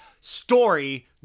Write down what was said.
story